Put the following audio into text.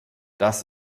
das